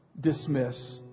dismiss